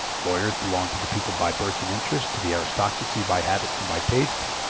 lawyers belong to the people by birth and interest, to the aristocracy by habit and by taste,